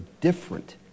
different